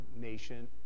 nation